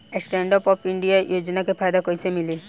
Stand up India योजना के फायदा कैसे मिली?